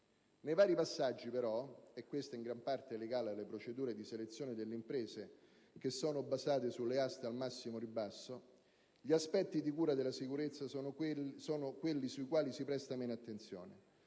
Nei vari passaggi però (e questo è in gran parte legato alle procedure di selezione delle imprese che sono basate sulle aste al massimo ribasso) gli aspetti di cura della sicurezza sono quelli sui quali si presta meno attenzione,